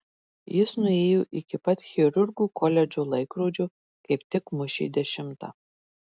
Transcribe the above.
jis nuėjo iki pat chirurgų koledžo laikrodžio kaip tik mušė dešimtą